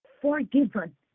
forgiven